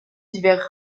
hivers